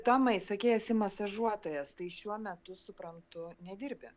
tomai sakei esi masažuotojas tai šiuo metu suprantu nedirbi